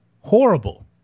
horrible